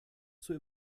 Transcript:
zur